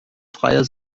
freie